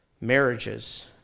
marriages